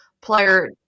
player